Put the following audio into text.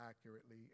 accurately